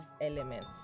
elements